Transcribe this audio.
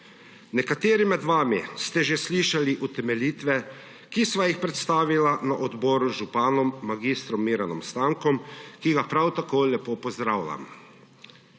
Nekateri med vami ste že slišali utemeljitve, ki sva jih predstavila na odboru z županom mag. Miranom Stankom, ki ga prav tako lepo pozdravljam.